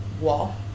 wall